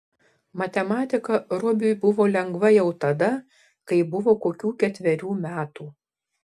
matematika robiui buvo lengva jau tada kai buvo kokių ketverių metų